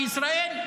בישראל,